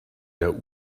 der